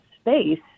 space